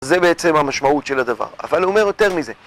זה בעצם המשמעות של הדבר, אבל אומר יותר מזה